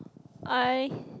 I